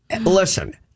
Listen